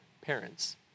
parents